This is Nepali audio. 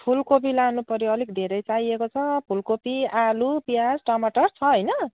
फुलकोपी लानुपर्यो अलिक धेरै चाहिएको छ फुलकोपी आलु प्याज टमटर छ होइन